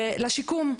ולשיקום.